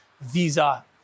visa